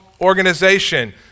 organization